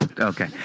Okay